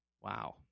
wow